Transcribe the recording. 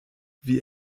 wie